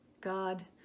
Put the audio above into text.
God